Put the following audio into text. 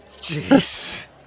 jeez